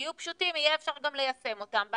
יהיו פשוטים יהיה אפשר גם ליישם אותם,